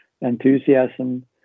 enthusiasm